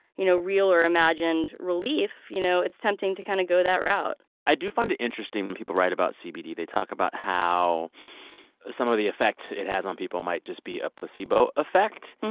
you know, real or imagined relief, you know, it's tempting to kind of go that route i do find it interesting when people write about cbd, they talk about how some of the effect it has on people might just be a placebo effect.